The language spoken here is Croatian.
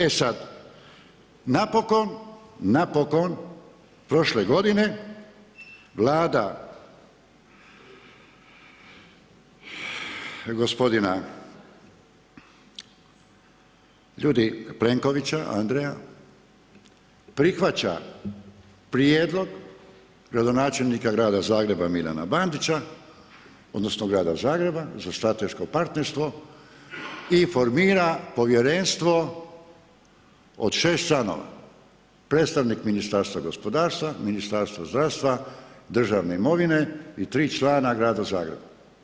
E sad, napokon prošle godine Vlada gospodina Plenkovića Andreja prihvaća prijedlog gradonačelnika grada Zagreba Milana Bandića odnosno grada Zagreba za strateško partnerstvo i formira Povjerenstvo od 6 članova, predstavnik Ministarstva gospodarstva, Ministarstvo zdravstva, državne imovine i 3 člana grada Zagreba.